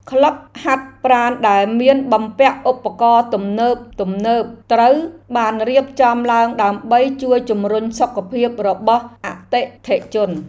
ក្លឹបហាត់ប្រាណដែលមានបំពាក់ឧបករណ៍ទំនើបៗត្រូវបានរៀបចំឡើងដើម្បីជួយជម្រុញសុខភាពរបស់អតិថិជន។